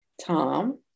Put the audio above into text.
Tom